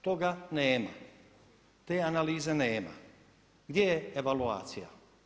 Toga nema, te analize nema, gdje je evaluacija?